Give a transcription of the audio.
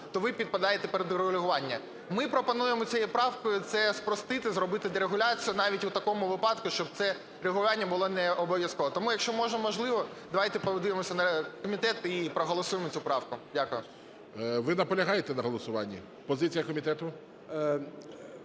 то ви підпадаєте під регулювання. Ми пропонуємо цією правкою це спростити, зробити дерегуляцію навіть у такому випадку, щоб це регулювання було не обов'язкове. Тому, якщо, може, можливо, давайте подивимося на комітет і проголосуємо цю правку. Дякую. ГОЛОВУЮЧИЙ. Ви наполягаєте на голосуванні? Позиція комітету.